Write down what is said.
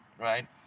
Right